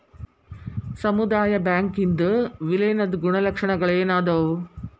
ಸಮುದಾಯ ಬ್ಯಾಂಕಿಂದ್ ವಿಲೇನದ್ ಗುಣಲಕ್ಷಣಗಳೇನದಾವು?